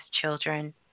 children